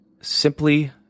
simply